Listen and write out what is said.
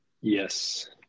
Yes